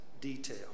detail